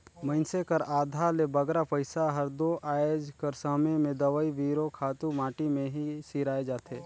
मइनसे कर आधा ले बगरा पइसा हर दो आएज कर समे में दवई बीरो, खातू माटी में ही सिराए जाथे